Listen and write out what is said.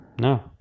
No